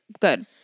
good